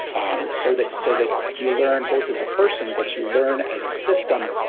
um so that so that you learn both as a person, but you learn as a system,